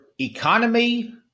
economy